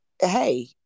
hey